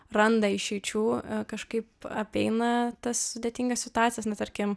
randa išeičių kažkaip apeina tas sudėtingas situacijas na tarkim